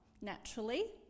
naturally